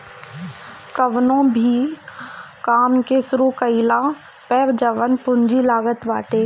कवनो भो काम के शुरू कईला पअ जवन पूंजी लागत बाटे